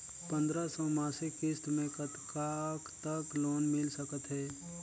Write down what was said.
पंद्रह सौ मासिक किस्त मे कतका तक लोन मिल सकत हे?